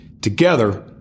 Together